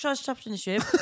Championship